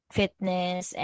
fitness